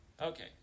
Okay